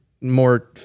more